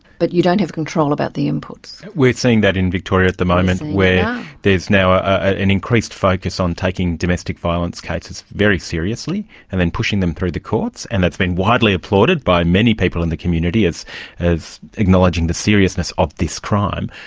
but you don't have control about the inputs. we're seeing that in victoria at the moment where there is now an increased focus on taking domestic violence cases very seriously and then pushing them through the courts, and that has been widely applauded by many people in the community as as acknowledging the seriousness of this crime,